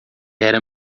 era